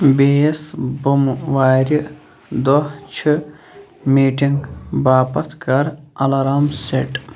بیٚیِس بومہٕ وارِ دۄہ چھِ میٖٹِنٛگ باپتھ کَر اَلارام سیٹ